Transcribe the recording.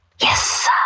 Yes